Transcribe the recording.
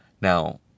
now